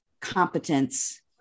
competence